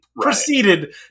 proceeded